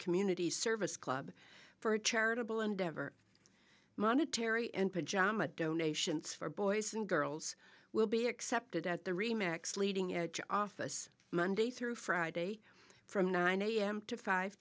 community service club for a charitable endeavor monetary and pajama donations for boys and girls will be accepted at the remax leading edge office monday through friday from nine am to five